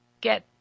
get